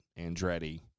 Andretti